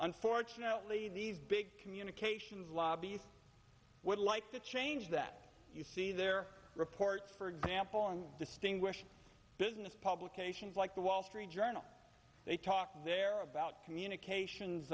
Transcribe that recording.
unfortunately these big communications lobbies would like to change that you see their report for example and distinguished business publications like the wall street journal they talk there about communications